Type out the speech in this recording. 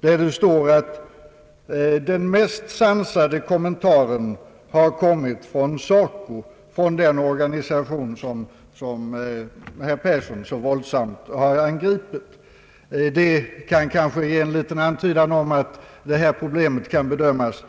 Det står där att »den mest sansade kommentaren har kommit från SACO» — den organisation som herr Persson så våldsamt har angripit. Det kan kanske ge en antydan om att det problem det här gäller kan bedömas